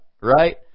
right